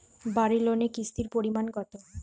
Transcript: বাড়ি লোনে কিস্তির পরিমাণ কত?